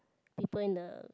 people in the